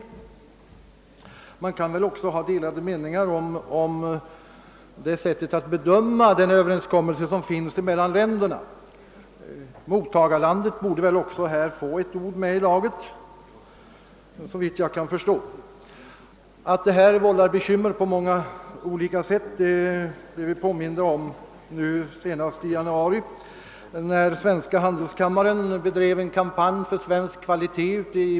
Delade meningar kan också råda om hur den överenskommelse skall bedömas som finns mellan länderna. Mottagarlandet borde, såvitt jag förstår, också få ha ett ord med i laget. Att exporten av svensk pornografi vållar bekymmer på många olika sätt visade sig också i januari, när svenska handelskammaren i Belgien bedrev en kampanj för svensk kvalitet.